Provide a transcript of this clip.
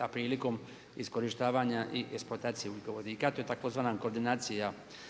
a prilikom iskorištavanja i eksploataciji ugljikovodika to je tzv. koordinacija